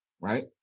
right